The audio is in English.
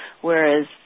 whereas